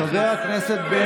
שנתיים אני חבר כנסת במליאה,